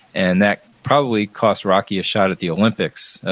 and that probably cost rocky a shot at the olympics,